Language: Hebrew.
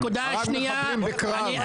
הרג מחבלים בקרב.